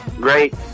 Great